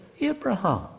Abraham